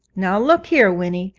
now look here, winnie,